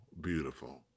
beautiful